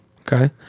Okay